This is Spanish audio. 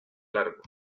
largo